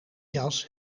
jas